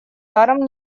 даром